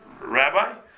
rabbi